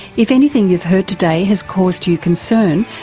if anything you've heard today has caused you concern,